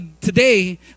today